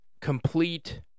Complete